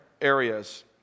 areas